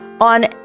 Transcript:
On